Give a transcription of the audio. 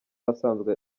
asanzwe